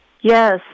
Yes